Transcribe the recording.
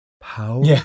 power